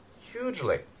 Hugely